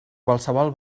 qualsevol